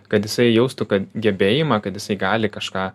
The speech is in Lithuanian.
kad jisai jaustų kad gebėjimą kad jisai gali kažką